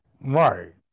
Right